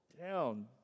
down